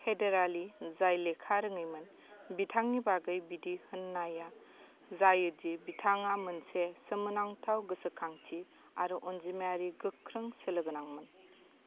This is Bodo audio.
हैदर आली जाय लेखा रोङैमोन बिथांनि बागै बिदि होननाया जायो दि बिथाङा मोनसे सोमोनांथाव गोसोखांथि आरो अनजिमायारि गोख्रों सोलोगोनांमोन